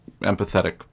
empathetic